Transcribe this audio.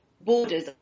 borders